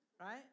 right